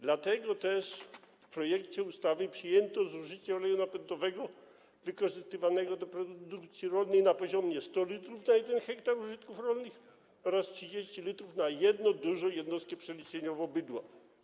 Dlatego też w projekcie ustawy przyjęto zużycie oleju napędowego wykorzystywanego do produkcji rolnej na poziomie 100 l na 1 ha użytków rolnych oraz 30 l na jedną dużą jednostkę przeliczeniową bydła.